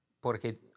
porque